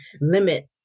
limit